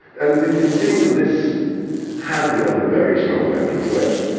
and it seems that this has been under very strong natural selection.